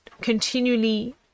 continually